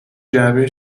جعبه